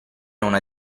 una